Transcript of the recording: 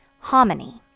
hominy.